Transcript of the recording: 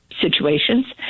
situations